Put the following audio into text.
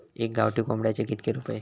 एका गावठी कोंबड्याचे कितके रुपये?